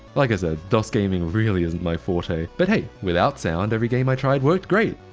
like i said, dos gaming really isn't my forte. but hey, without sound, every game i tried worked great.